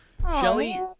shelly